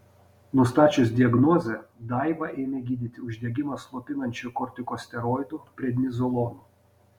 nustačius diagnozę daivą ėmė gydyti uždegimą slopinančiu kortikosteroidu prednizolonu